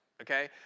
okay